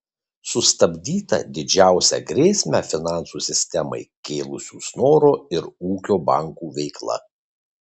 sustabdyta didžiausią grėsmę finansų sistemai kėlusių snoro ir ūkio bankų veikla